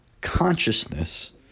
consciousness